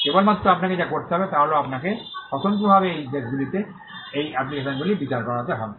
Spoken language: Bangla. কেবলমাত্র আপনাকে যা করতে হবে তা হল আপনাকে স্বতন্ত্রভাবে এই দেশগুলিতে এই অ্যাপ্লিকেশনগুলি বিচার করতে হবে